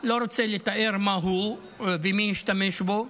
לא רוצה לתאר מהו ומי השתמש בו.